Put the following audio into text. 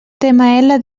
html